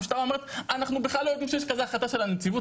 המשטרה אומרת 'אנחנו בכלל לא יודעים שיש כזו החלטה של הנציבות,